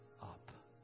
up